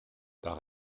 par